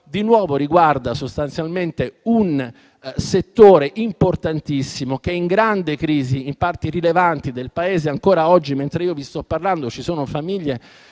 di nuovo riguarda un settore importantissimo che è in grande crisi in parti rilevanti del Paese. Ancora oggi, infatti, mentre io vi sto parlando, ci sono famiglie